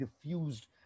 diffused